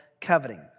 coveting